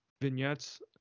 vignettes